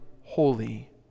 holy